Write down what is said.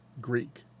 Greek